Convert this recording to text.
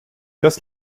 das